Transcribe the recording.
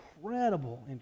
incredible